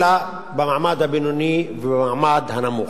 אלא רק במעמד הבינוני ובמעמד הנמוך,